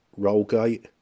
Rollgate